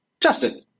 Justin